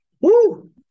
Woo